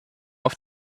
auf